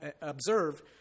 observe